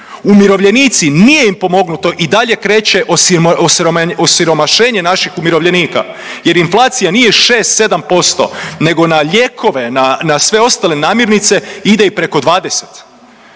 Umirovljenici nije im pomognuto i dalje kreće osiromašenje naših umirovljenika jer inflacija nije 6, 7% nego na lijekove, na sve ostale namirnice ide i preko 20